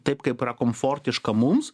taip kaip yra komfortiška mums